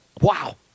Wow